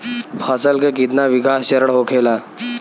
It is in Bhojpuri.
फसल के कितना विकास चरण होखेला?